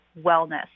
wellness